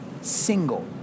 single